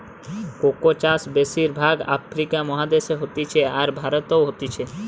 cocoa চাষ বেশির ভাগ আফ্রিকা মহাদেশে হতিছে, আর ভারতেও হতিছে